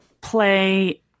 play